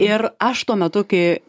ir aš tuo metu kai